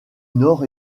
nord